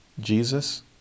Jesus